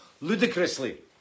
ludicrously